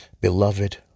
beloved